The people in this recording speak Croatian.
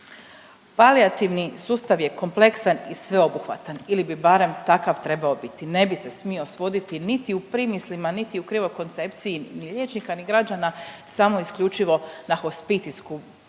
Palijativni sustav je kompleksan i sveobuhvatan ili bi barem takav trebao biti, ne bi se smio svoditi niti u primislima niti u krivoj koncepciji ni liječnika ni građana samo isključivo na hospicijsku